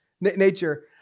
nature